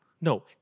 No